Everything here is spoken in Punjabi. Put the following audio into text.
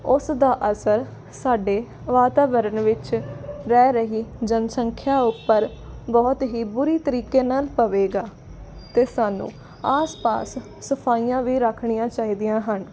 ਉਸ ਦਾ ਅਸਰ ਸਾਡੇ ਵਾਤਾਵਰਨ ਵਿੱਚ ਰਹਿ ਰਹੀ ਜਨਸੰਖਿਆ ਉੱਪਰ ਬਹੁਤ ਹੀ ਬੁਰੀ ਤਰੀਕੇ ਨਾਲ ਪਵੇਗਾ ਅਤੇ ਸਾਨੂੰ ਆਸ ਪਾਸ ਸਫਾਈਆਂ ਵੀ ਰੱਖਣੀਆਂ ਚਾਹੀਦੀਆਂ ਹਨ